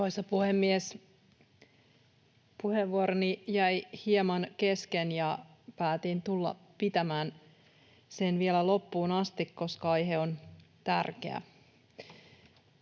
Arvoisa puhemies! Puheenvuoroni jäi hieman kesken, ja päätin tulla pitämään sen vielä loppuun asti, koska aihe on tärkeä.